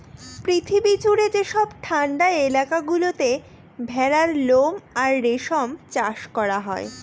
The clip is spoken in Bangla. পৃথিবী জুড়ে যেসব ঠান্ডা এলাকা গুলোতে ভেড়ার লোম আর রেশম চাষ করা হয়